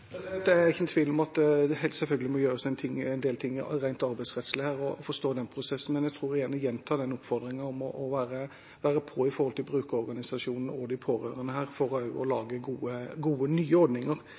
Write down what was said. er ingen tvil om at det selvfølgelig må gjøres en del ting rent arbeidsrettslig her – jeg forstår den prosessen. Men jeg tror jeg vil gjenta oppfordringen om å være på i forhold til brukerorganisasjonene og de pårørende her for å